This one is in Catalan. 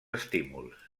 estímuls